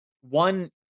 One